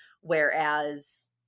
Whereas